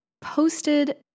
posted